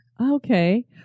Okay